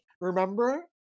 remember